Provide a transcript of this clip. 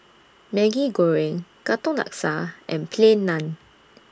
Maggi Goreng Katong Laksa and Plain Naan